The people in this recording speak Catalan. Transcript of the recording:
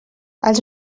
els